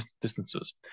distances